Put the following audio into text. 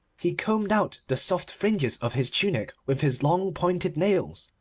he combed out the soft fringes of his tunic with his long pointed nails.